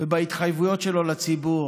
ובהתחייבויות שלו לציבור.